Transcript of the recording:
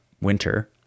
winter